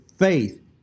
Faith